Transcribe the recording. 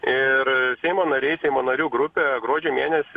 ir seimo nariai seimo narių grupė gruodžio mėnesį